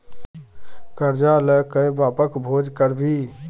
करजा ल कए बापक भोज करभी?